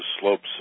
slopes